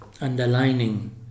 underlining